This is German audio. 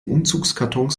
umzugskartons